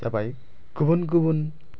जाबाय गुबुन गुबुन